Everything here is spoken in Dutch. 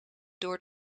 door